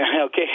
Okay